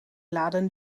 laden